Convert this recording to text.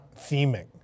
theming